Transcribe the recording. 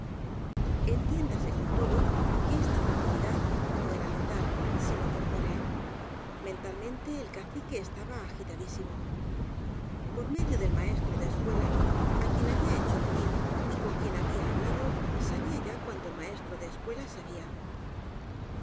entiéndase con todo que esta tranquilidad no era mental sino corpórea mentalmente el cacique estaba agitadísitno por medio del maestro de escuela á quien ha bía hecho venir y con quien había hablado sabía ya cuanto el maestro de escuela sabía